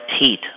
heat